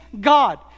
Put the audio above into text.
God